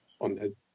on